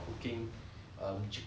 um chicken lah and like